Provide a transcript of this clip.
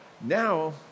now